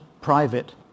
private